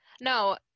No